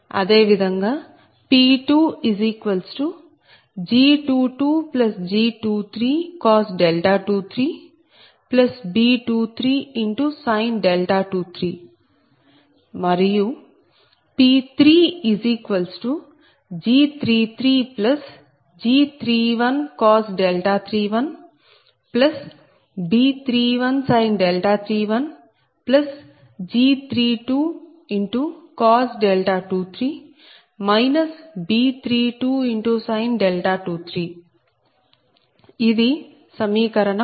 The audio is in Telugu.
అదే విధంగా P2G22G2323 B2323 మరియు P3G33G3131 B3131 G3223 B3223 ఇది సమీకరణం